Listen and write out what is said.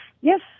yes